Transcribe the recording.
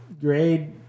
grade